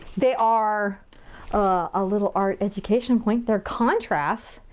they are a little art education point. they're contrasts.